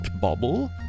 bubble